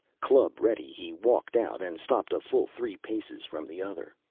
club ready he walked out and stopped a full three paces from the other.